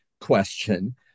question